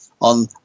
on